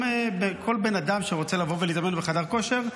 או כל בן אדם שרוצה לבוא ולהתאמן בחדר כושר,